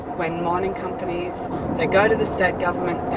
when mining companies that go to the state government,